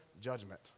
judgment